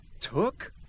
took